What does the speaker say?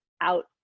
out